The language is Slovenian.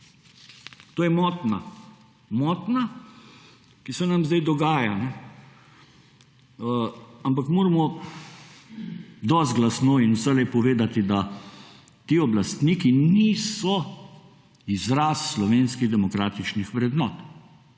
To je motnja, ki se nam sedaj dogaja. Ampak moramo dosti glasno in vselej povedati, da ti oblastniki niso izraz slovenskih demokratičnih vrednot.